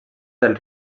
del